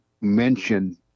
mention